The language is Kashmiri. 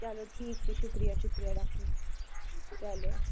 چَلو ٹھیٖک چھُ شُکرِیا شُکرِیا ڈاکٹر چَلو